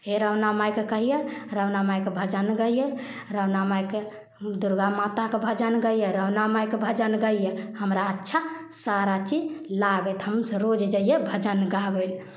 हे राना मायके कहियै राना मायके भजन गैयै राना मायके दुर्गामाताके भजन गैयै राना मायके भजन गैयै हमरा अच्छा सारा चीज लागैत हमसभ जरूर जैयै भजन गाबय लेल